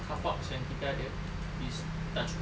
carparks yang kita ada is tak cukup